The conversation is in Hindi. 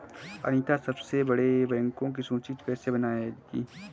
अनीता सबसे बड़े बैंकों की सूची कैसे बनायेगी?